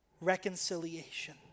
Reconciliation